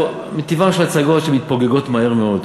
מטבען של הצגות שהן מתפוגגות מהר מאוד.